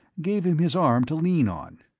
gave him his arm to lean on.